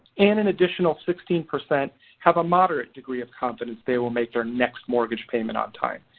and an additional sixteen percent have a moderate degree of confidence they will make their next mortgage payment on time.